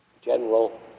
General